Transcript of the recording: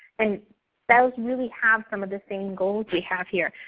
and those really have some of the same goals we have here.